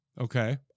Okay